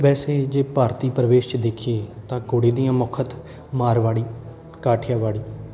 ਵੈਸੇ ਜੇ ਭਾਰਤੀ ਪ੍ਰਵੇਸ਼ 'ਚ ਦੇਖੀਏ ਤਾਂ ਘੋੜੇ ਦੀਆਂ ਮੁਖਤ ਮਾਰਵਾੜੀ ਕਾਠੀਆਂਵਾੜੀ